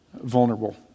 vulnerable